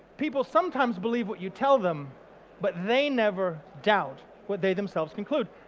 people sometimes believe what you tell them but they never doubt what they themselves conclude.